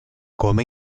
come